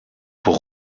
pour